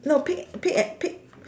no pick pick a~ pick